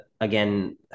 again